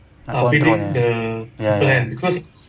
nak control eh ya ya